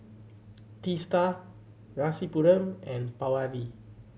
Teesta Rasipuram and Pawan Lee